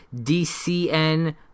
DCN